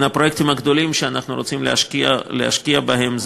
אחד הפרויקטים הגדולים שאנחנו רוצים להשקיע בהם זה